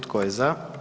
Tko je za?